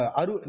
aru